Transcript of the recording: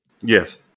Yes